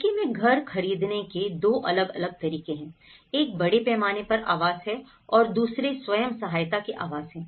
Turkey में घर खरीदने के 2 अलग अलग तरीके हैं एक बड़े पैमाने पर आवास है और दूसरे स्वयं सहायता के आवास हैं